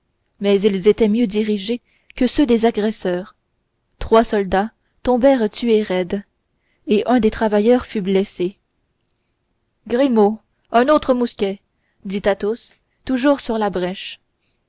mais ils étaient mieux dirigés que ceux des agresseurs trois soldats tombèrent tués raide et un des travailleurs fut blessé grimaud un autre mousquet dit athos toujours sur la brèche